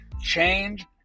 Change